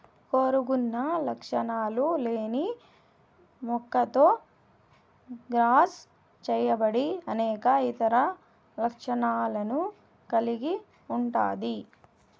కోరుకున్న లక్షణాలు లేని మొక్కతో క్రాస్ చేయబడి అనేక ఇతర లక్షణాలను కలిగి ఉంటాది